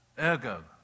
Ergo